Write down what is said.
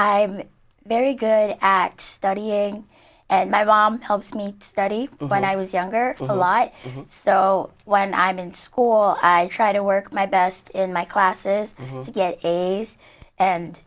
i'm very good act studying and my mom helps me study when i was younger my life so when i'm in school i try to work my best in my classes to get aid and